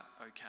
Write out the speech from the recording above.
okay